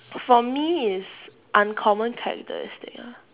for me is uncommon characteristic ah